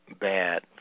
bad